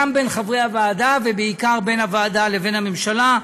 גם בין חברי הוועדה ובעיקר בין הוועדה לבין הממשלה,